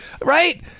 right